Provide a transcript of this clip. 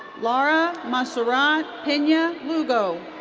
laura montserrat pena lugo.